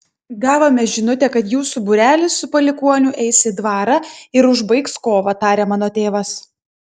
gavome žinutę kad jūsų būrelis su palikuoniu eis į dvarą ir užbaigs kovą tarė mano tėvas